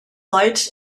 lights